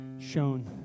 shown